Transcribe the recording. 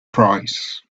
price